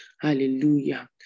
Hallelujah